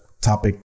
topic